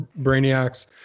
brainiacs